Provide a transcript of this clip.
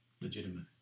legitimate